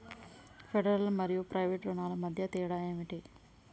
Federal మరియు private రుణాల మధ్య తేడా ఏమిటి?